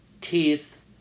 teeth